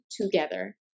together